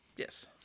Yes